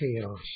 chaos